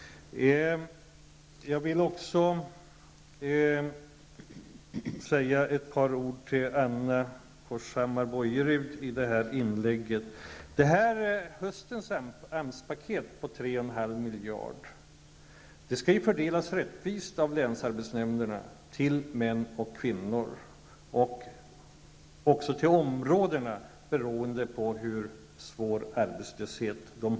Låt mig också säga ett par ord till Anna miljarder kronor skall fördelas rättvist av länsarbetsnämnderna till män och kvinnor samt till olika områden beroende på hur svår arbetslösheten är.